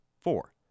Four